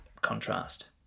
Contrast